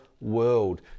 world